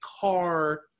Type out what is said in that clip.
car